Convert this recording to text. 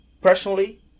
personally